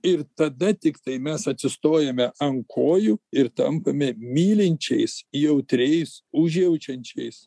ir tada tiktai mes atsistojame ant kojų ir tampame mylinčiais jautriais užjaučiančiais